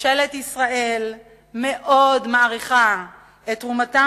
ממשלת ישראל מאוד מעריכה את תרומתם